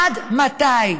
עד מתי?